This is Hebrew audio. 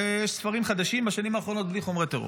ויש ספרים חדשים בשנים האחרונות בלי חומרי טרור,